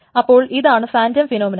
അപ്പൊൾ ഇതാണ് phantom phenomenon